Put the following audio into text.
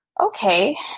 Okay